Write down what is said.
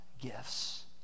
gifts